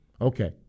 Okay